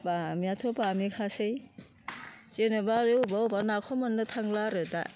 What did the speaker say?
बामिआथ' बामिखासै जेन'बा अबेबा अबेबा नाखौ मोननो थांला आरो दा